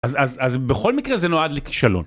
אז בכל מקרה זה נועד לכישלון.